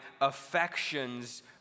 affections